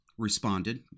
Responded